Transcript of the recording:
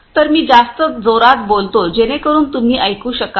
तर मी जास्त जोरात बोलतो जेणेकरुन तुम्ही ऐकू शकाल